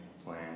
plan